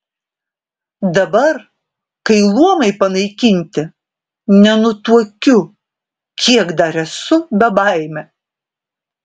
dabar kai luomai panaikinti nenutuokiu kiek dar esu bebaimė